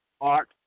art